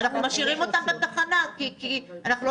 ואנחנו משאירים אותם בתחנה כי אנחנו לא